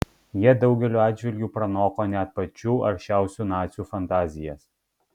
jie daugeliu atžvilgių pranoko net pačių aršiausių nacių fantazijas